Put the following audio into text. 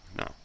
No